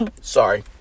sorry